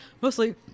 Mostly